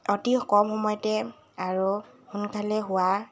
অতি কম সময়তে আৰু সোনকালে হোৱা